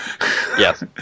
Yes